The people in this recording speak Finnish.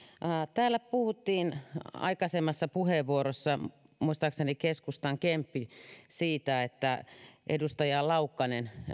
täällä puhuttiin aikaisemmassa puheenvuorossa muistaakseni keskustan kemppi siitä että edustaja laukkanen